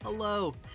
Hello